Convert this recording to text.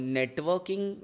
networking